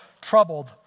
troubled